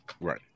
Right